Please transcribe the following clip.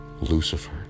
Lucifer